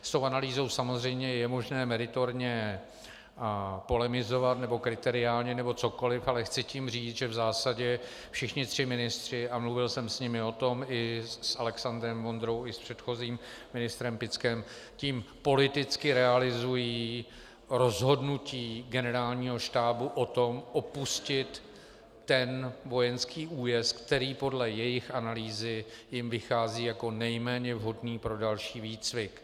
S analýzou samozřejmě je možné meritorně polemizovat nebo kriteriálně nebo cokoli, ale chci tím říct, že v zásadě všichni tři ministři, a mluvil jsem s nimi o tom, i s Alexandrem Vondrou, i s předchozím ministrem Pickem, tím politicky realizují rozhodnutí Generálního štábu o tom, opustit ten vojenský újezd, který podle jejich analýzy jim vychází jako nejméně vhodný pro další výcvik.